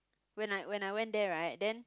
when I when I went there right then